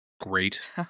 great